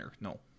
no